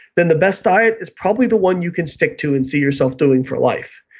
then the best diet is probably the one you can stick to and see yourself doing for life.